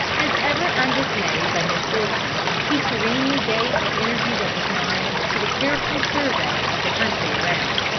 as ever undismayed by misfortune, he serenely gave the energies of his mind to the careful survey of the country around.